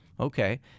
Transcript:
Okay